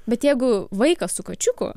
bet jeigu vaikas su kačiuku